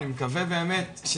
אני מקווה באמת,